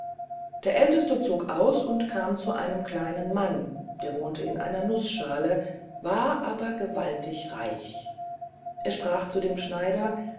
der ältste zog aus und kam zu einem kleinen mann der wohnte in einer nußschale war aber gewaltig reich er sprach zu dem schneider